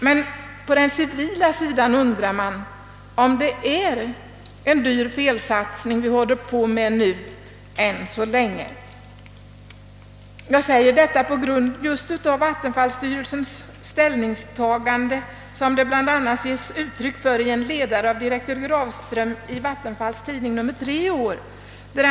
Men i fråga om den civila sidan undrar man om det är en dyr felsatsning vi håller på med nu, än så länge. Jag säger detta just på grund av vattenfallsstyrelsens ställningstagande sådant det bl.a. kommer till uttryck i en ledare av direktör Grafström i Vattenfalls tidning nr 3 i år.